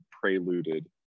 preluded